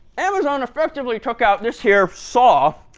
amazon effectively took out this here saw,